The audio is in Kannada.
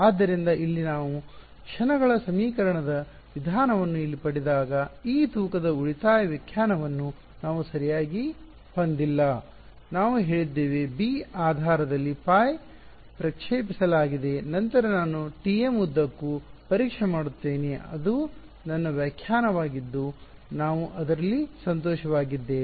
ಆದ್ದರಿಂದ ಇಲ್ಲಿ ನಾವು ಕ್ಷಣಗಳ ಸಮೀಕರಣದ ವಿಧಾನವನ್ನು ಇಲ್ಲಿ ಪಡೆದಾಗ ಈ ತೂಕದ ಉಳಿದ ವ್ಯಾಖ್ಯಾನವನ್ನು ನಾವು ಸರಿಯಾಗಿ ಹೊಂದಿಲ್ಲ ನಾವು ಹೇಳಿದ್ದೇವೆ b ಆಧಾರದಲ್ಲಿ ϕ ಪ್ರಕ್ಷೇಪಿಸಲಾಗಿದೆ ನಂತರ ನಾನು tm ಉದ್ದಕ್ಕೂ ಪರೀಕ್ಷೆ ಮಾಡುತ್ತೇನೆ ಅದು ನನ್ನ ವ್ಯಾಖ್ಯಾನವಾಗಿದ್ದು ನಾವು ಅದರಲ್ಲಿ ಸಂತೋಷವಾಗಿದ್ದೇವೆ